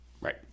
Right